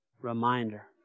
reminder